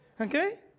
okay